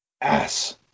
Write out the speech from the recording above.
ass